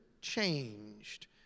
changed